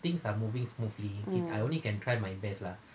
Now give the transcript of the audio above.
mm